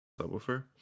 subwoofer